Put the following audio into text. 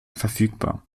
verfügbar